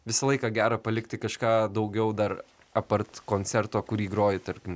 visą laiką gera palikti kažką daugiau dar apart koncerto kurį groji tarkim